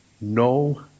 no